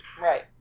Right